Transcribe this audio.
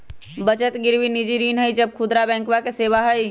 बचत गिरवी निजी ऋण ई सब खुदरा बैंकवा के सेवा हई